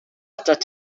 atat